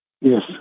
Yes